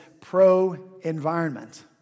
pro-environment